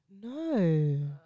No